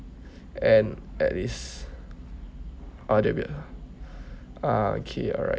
and at least or there will be uh ah okay alright